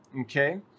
Okay